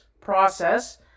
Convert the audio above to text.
process